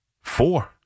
Four